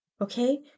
Okay